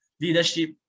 leadership